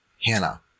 Hannah